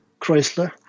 chrysler